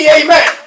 amen